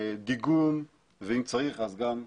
דיגום ואם צריך אז גם אכיפה.